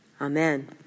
Amen